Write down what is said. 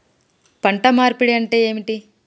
పంట మార్పిడి అంటే ఏంది?